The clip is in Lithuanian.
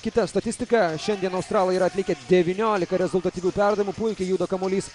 kita statistika šiandien australai yra atlikę devyniolika rezultatyvių perdavimų puikiai juda kamuolys